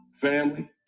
family